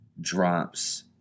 drops